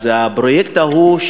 אז הפרויקט ההוא,